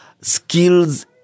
skills